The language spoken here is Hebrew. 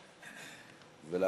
אחריו,